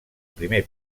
primer